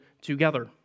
together